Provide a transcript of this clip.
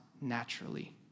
naturally